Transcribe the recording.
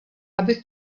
aby